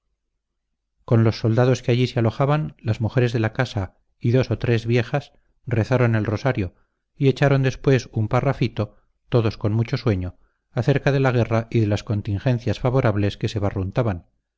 con los soldados que allí se alojaban las mujeres de la casa y dos o tres viejas rezaron el rosario y echaron después un parrafito todos con mucho sueño acerca de la guerra y de las contingencias favorables que se